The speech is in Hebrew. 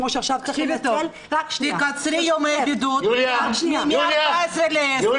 כמו שעכשיו צריך לנטרל --- תקצרי ימי בידוד מ-14 ל-10,